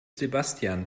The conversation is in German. sebastian